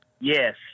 Yes